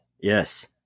Yes